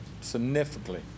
significantly